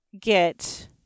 get